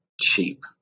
cheap